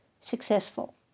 successful